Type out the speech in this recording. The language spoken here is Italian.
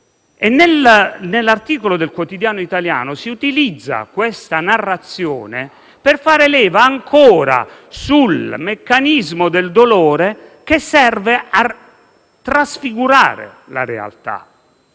Nell'articolo del quotidiano italiano si utilizza questa narrazione per far leva ancora sul meccanismo del dolore, che serve a trasfigurare la realtà.